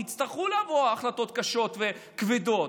ויצטרכו לבוא החלטות קשות וכבדות,